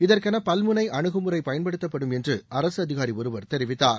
இதற்கென பல்முனை அனுகுமுறை பயன்படுத்தப்படும் என்று அரசு அதிகாரி ஒருவர் தெரிவித்தார்